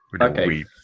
okay